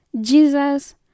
Jesus